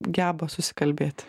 geba susikalbėt